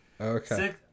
Okay